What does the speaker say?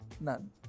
None